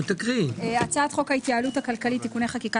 הצעת חוק ההתייעלות הכלכלית (תיקוני חקיקה